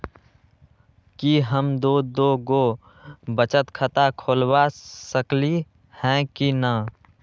कि हम दो दो गो बचत खाता खोलबा सकली ह की न?